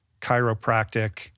chiropractic